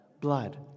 blood